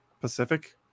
Pacific